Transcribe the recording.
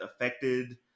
affected